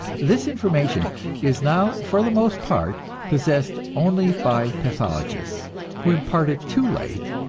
this information is now for the most part possessed only by pathologists who impart it too late,